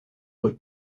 were